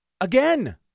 Again